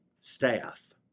staff